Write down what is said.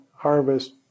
harvest